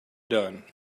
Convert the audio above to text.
done